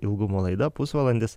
ilgumo laida pusvalandis